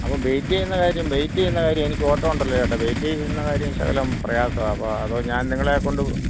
അപ്പം വെയിറ്റ് ചെയ്യുന്ന കാര്യം വെയിറ്റ് ചെയ്യുന്ന കാര്യം എനിക്ക് ഓട്ടം ഉണ്ടല്ലോ ചേട്ടാ വെയിറ്റ് ചെയ്യുന്ന കാര്യം ശകലം പ്രയാസമാ അപ്പം അതോ ഞാൻ നിങ്ങളെ കൊണ്ട്